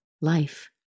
life